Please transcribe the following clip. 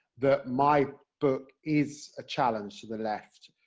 that my book is a challenge to the left,